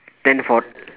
then for